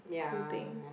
cool thing